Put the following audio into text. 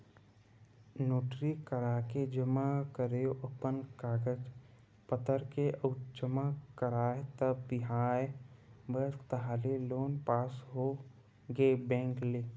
notary कराके जमा करेंव अपन कागज पतर के अउ जमा कराएव त बिहान भर ताहले लोन पास होगे बेंक ले